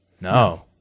no